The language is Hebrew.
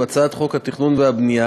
בהצעת חוק התכנון והבנייה